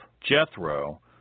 Jethro